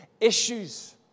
issues